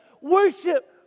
Worship